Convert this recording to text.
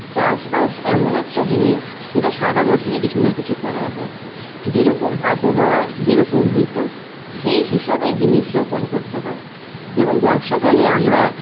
চাষবাস এমন একটা জিনিস যেটা সারা বছরই কিছু না কিছু করা যায় যেরকম আবহাওয়া যেরকম ঋতু সেই হিসাবেই জিনিস রোপণ করতে হয় যেমন বর্ষাকালে আমরা